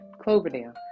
Cloverdale